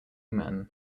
men